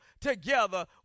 together